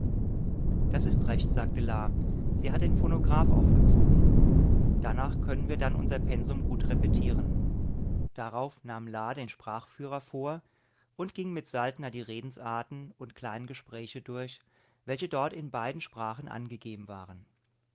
das ist recht sagte la sie hat den phonograph aufgezogen danach können wir dann unser pensum gut repetieren darauf nahm la den sprachführer vor und ging mit saltner die redensarten und kleinen gespräche durch welche dort in beiden sprachen angegeben waren